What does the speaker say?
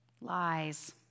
Lies